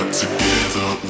together